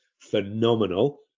phenomenal